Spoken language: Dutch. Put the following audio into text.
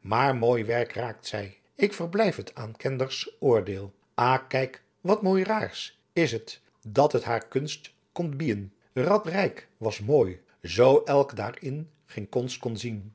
maar mooy werc raakt zey ik verblijf t aan kenders oordeel ay keyc wat mooy raars is t dat ons haar kunst komt biên rat reyck was mooy zoo elk daarin geen konst kon zien